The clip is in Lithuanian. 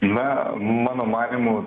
na mano manymu